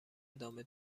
ادامه